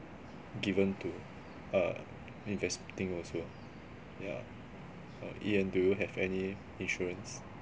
given to uh investing also yeah uh ian do you have any insurance